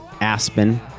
Aspen